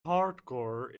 hardcore